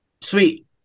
Sweet